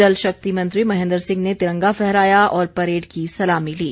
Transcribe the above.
जलशक्ति मंत्री महेंद्र सिंह ने तिरंगा फहराया और परेड की सलामी ली